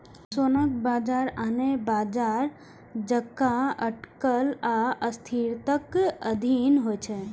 सोनाक बाजार आने बाजार जकां अटकल आ अस्थिरताक अधीन होइ छै